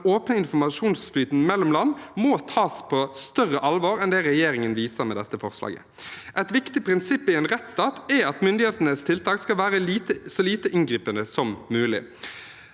den åpne informasjonsflyten mellom land må tas på større alvor enn det regjeringen viser med dette forslaget. Et viktig prinsipp i en rettsstat er at myndighetenes tiltak skal være så lite inngripende som mulig.